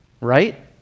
right